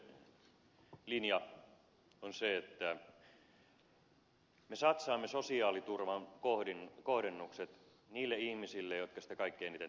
hallituksen linja on se että me satsaamme sosiaaliturvan kohdennukset niille ihmisille jotka sitä kaikkein eniten tarvitsevat